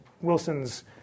Wilson's